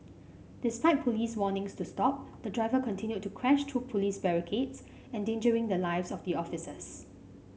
despite police warnings to stop the driver continued to crash through police barricades endangering the lives of the officers